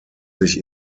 sich